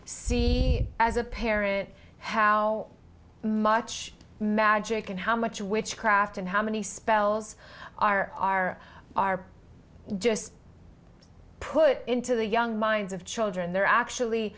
see as a parent how much magic and how much witchcraft and how many spells are are are just put into the young minds of children they're actually